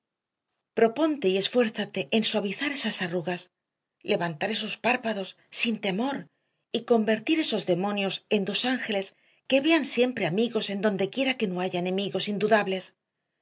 propónte y esfuérzate en suavizar esas arrugas levantar esos párpados sin temor y convertir esos demonios en dos ángeles que vean siempre amigos en dondequiera que no haya enemigos indudables